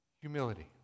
Humility